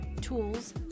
tools